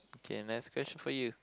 okay next question for you